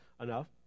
enough